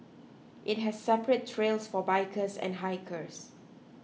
it has separate trails for bikers and hikers